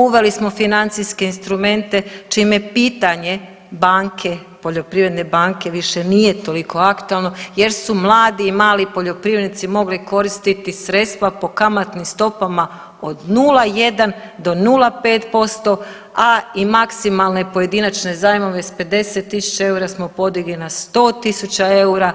Uveli smo financijske instrumente čime je pitanje banke poljoprivredne banke više nije toliko aktualno, jer su mladi i mali poljoprivrednici mogli koristiti sredstva po kamatnim stopama od 0,1 do 0,5% a i maksimalne pojedinačne zajmove sa 50 000 eura smo podigli na 100 000 eura,